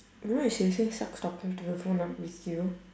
you know it seriously sucks talking to a phone but with you